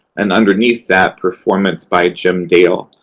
and underneath that, performance by jim dale.